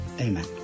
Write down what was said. Amen